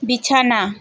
বিছানা